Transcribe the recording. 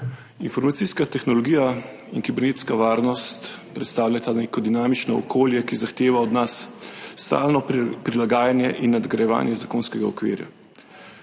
Informacijska tehnologija in kibernetska varnost predstavljata neko dinamično okolje, ki zahteva od nas stalno prilagajanje in nadgrajevanje zakonskega okvirja.